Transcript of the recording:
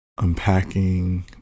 unpacking